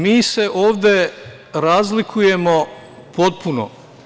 Mi se ovde razlikujemo potpuno.